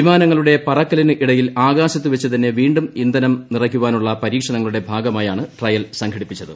വിമാനങ്ങളുടെ പറക്കലിന് ഇടയിൽ ആകാശത്തുവെച്ചു തന്നെ വീണ്ടും ഇന്ധനം നിറയ്ക്കാനുള്ള പരീക്ഷണങ്ങളുടെ ഭാഗമായാണ് ട്രയൽ സംഘടിപ്പിച്ചത്